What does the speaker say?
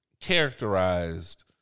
characterized